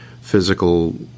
physical